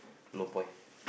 no point